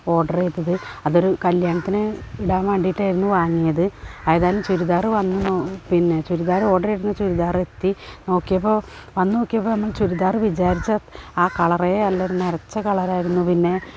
order ചെയ്തത് അതൊരു കല്യാണത്തിന് ഇടാൻ വേണ്ടിയിട്ടായിരുന്നു വാങ്ങിയത് ഏതായാലും ചുരിദാർ വന്നു പിന്നെ ചുരിദാർ ഓർഡർ ചെയ്തിരുന്ന ചുരിദാറെത്തി നോക്കിയപ്പോൾ വന്നു നോക്കിയപ്പോൾ ചുരിദാർ വിചാരിച്ച ആ കളറേ അല്ല ഒരു നരച്ച കളറായിരുന്നു പിന്നെ